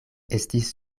estis